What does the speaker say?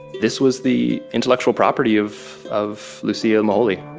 this was the intellectual property, of of lucia moholy